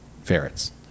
ferrets